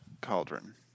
Cauldron